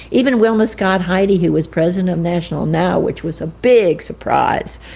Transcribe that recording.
even wilma scott heide who was president of national now, which was a big surprise,